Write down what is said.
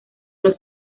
los